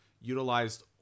utilized